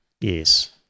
yes